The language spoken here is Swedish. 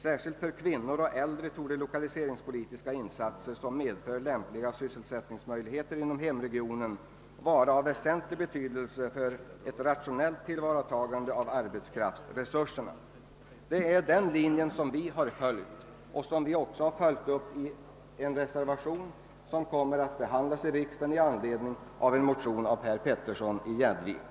Särskilt för kvinnor och äldre torde lokaliseringspolitiska insatser, som medför lämpliga sysselsättningsmöjligheter inom hemregionen, vara av väsentlig betydelse för ett rationellt tillvaratagande av arbetskraftsresurserna.» Det är denna linje vi drivit, och vi har även följt upp den i en reservation som kommer att behandlas i kamrarna och som är föranledd av en motion av herr Petersson i Gäddvik.